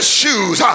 shoes